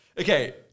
Okay